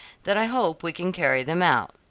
that i hope we can carry them out.